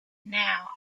now